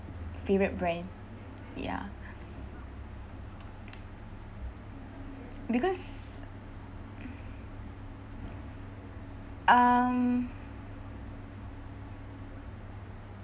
favorite brand ya because um